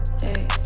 Hey